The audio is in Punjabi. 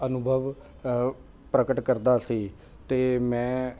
ਅਨੁਭਵ ਪ੍ਰਗਟ ਕਰਦਾ ਸੀ ਅਤੇ ਮੈਂ